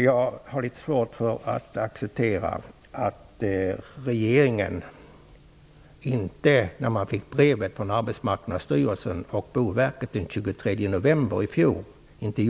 Jag har litet svårt att acceptera att regeringen inte gjorde något när den fick brevet från Arbetsmarknadsstyrelsen och Boverket den 23 november i fjol. Det